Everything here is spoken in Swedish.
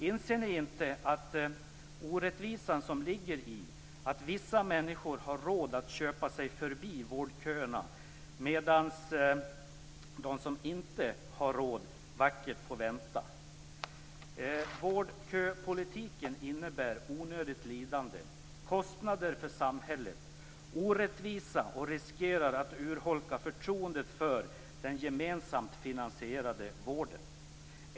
Inser ni inte den orättvisa som ligger i att vissa människor har råd att köpa sig förbi vårdköerna, medan de som inte har råd vackert får vänta? Vårdköpolitiken innebär onödigt lidande, kostnader för samhället och orättvisa, och riskerar att urholka förtroendet för den gemensamt finansierade vården.